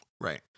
Right